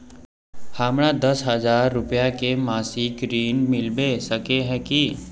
हमरा दस हजार रुपया के मासिक ऋण मिलबे सके है की?